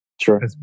Sure